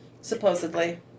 Supposedly